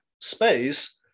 space